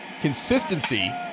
Consistency